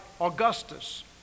Augustus